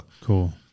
cool